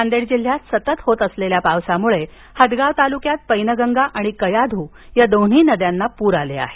नांदेड जिल्ह्यात सतत होत असलेल्या पावसामुळे हदगाव तालूक्यात पैनगंगा आणि कयाधू या दोन्ही नद्यांना पूर आले आहेत